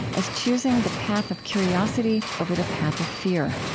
as choosing the path of curiosity over the path of fear.